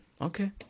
okay